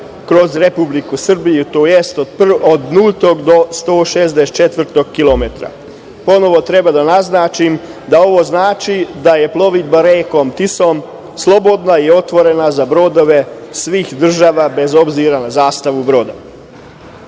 kroz Republiku Srbiju, tj. od nultog do 164 kilometra. Ponovo treba da naznačim da ovo znači da je plovidba rekom Tisom slobodna i otvorena za brodove svih država bez obzira na zastavu